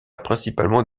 principalement